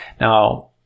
Now